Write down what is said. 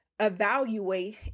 evaluate